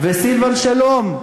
וסילבן שלום,